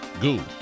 Goo